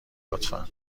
لطفا